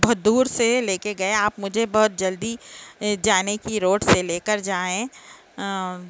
بہت دور سے لے کے گیے آپ مجھے بہت جلدی جانے کی روڈ سے لے کر جائیں